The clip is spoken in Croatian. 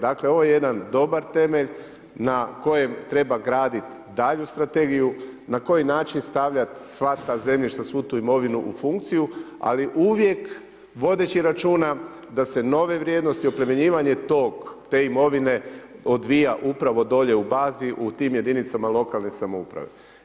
Dakle ovo je jedan dobar temelj na kojem treba graditi dalju strategiju na koji način stavljati ta zemljišta, svu tu imovinu u funkciju, ali uvijek vodeći računa da se nove vrijednosti, oplemenjivanje te imovine odvija upravo dolje u bazi u tim jedinicama lokalne samouprave.